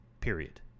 Period